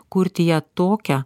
kurti ją tokią